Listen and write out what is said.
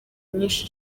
myinshi